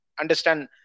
understand